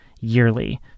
yearly